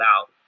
out